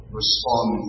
respond